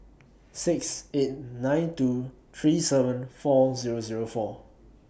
six eight nine two three seven four Zero Zero four